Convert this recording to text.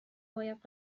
باید